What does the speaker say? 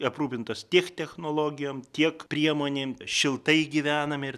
aprūpintos tiek technologijom tiek priemonėm šiltai gyvename ir